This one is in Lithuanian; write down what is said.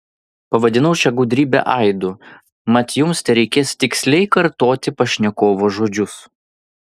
pavadinau šią gudrybę aidu mat jums tereikės tiksliai kartoti pašnekovo žodžius